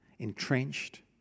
Entrenched